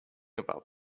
about